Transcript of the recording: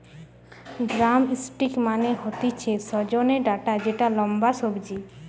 drumstick মানে হতিছে সজনে ডাটা যেটা লম্বা সবজি